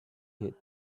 hit